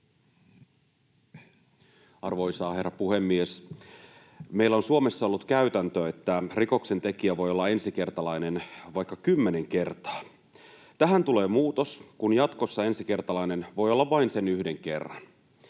Arvoisa herra puhemies! Meillä on Suomessa ollut käytäntö, että rikoksentekijä voi olla ensikertalainen vaikka kymmenen kertaa. Tähän tulee muutos, kun jatkossa ensikertalainen voi olla vain sen yhden kerran.